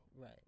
Right